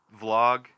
vlog